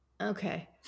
okay